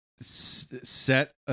Set